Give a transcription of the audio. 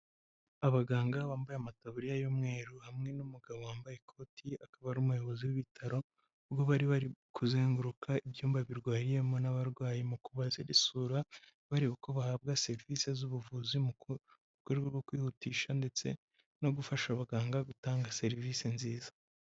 Abaganga bambaye amataburiya y'umweru hamwe n'umugabo wambaye ikoti, akaba ari umuyobozi w'ibitaro, ubwo bari bari kuzenguruka ibyumba birwariyemo n'abarwayi, mu kubaza isura, bareba uko bahabwa serivisi z'ubuvuzi, mu rwe rwo kwihutisha ndetse no gufasha abaganga gutanga serivisi nziza.